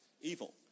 evil